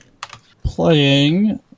playing